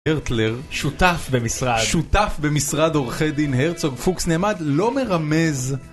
הרטלר שותף במשרד, שותף במשרד עורכי דין הרצוג, פוקס נאמן לא מרמז